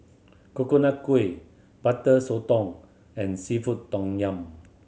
Coconut Kuih Butter Sotong and seafood tom yum